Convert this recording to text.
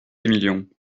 émilion